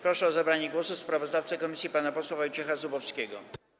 Proszę o zabranie głosu sprawozdawcę komisji pana posła Wojciecha Zubowskiego.